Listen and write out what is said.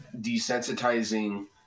desensitizing